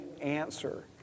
answer